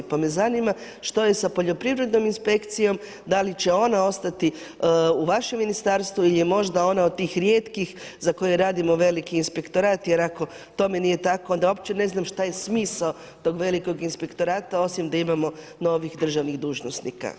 Pa me zanima što je sa poljoprivrednom inspekcijom, da ili će ona ostati u vašem ministarstvu ili je možda ona od tih rijetkih, za koje radimo veliki inspektorat, jer ako tome nije tako, onda uopće ne znam šta je smisao tog velikog inspektorata, osim da imamo novih državnih dužnosnika.